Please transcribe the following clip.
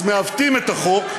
אז מעוותים את החוק.